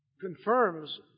confirms